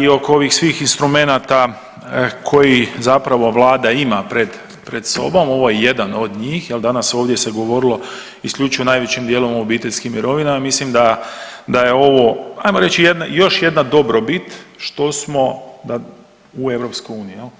i oko svih ovih instrumenata koji zapravo Vlada ima pred sobom ovo je jedna od njih, danas ovdje se govorilo isključivo najvećim dijelom o obiteljskim mirovinama, mislim da je ovo, ajmo reći jedna, još jedna dobrobit što smo u EU.